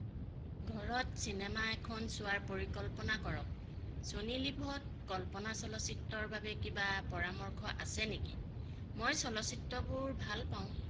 ঘৰত চিনেমা এখন চোৱাৰ পৰিকল্পনা কৰক ছোনিলিভত কল্পনা চলচ্চিত্ৰৰ বাবে কিবা পৰামৰ্শ আছে নেকি মই চলচ্চিত্ৰবোৰ ভাল পাওঁ